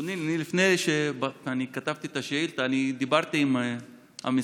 אדוני, לפני שכתבתי את השאילתה דיברתי עם המשרד,